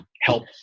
help